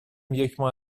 یکماه